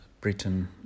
Britain